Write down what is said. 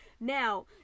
Now